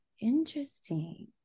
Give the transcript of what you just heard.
interesting